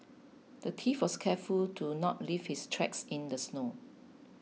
the thief was careful to not leave his tracks in the snow